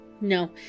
No